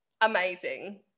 amazing